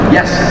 Yes